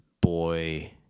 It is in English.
boy